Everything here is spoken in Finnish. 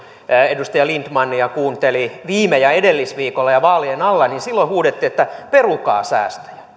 edustaja lindtmania kuunteli viime ja edellisviikolla ja vaa lien alla niin silloin huudettiin että perukaa säästöjä